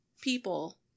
people